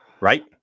right